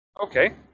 Okay